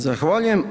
Zahvaljujem.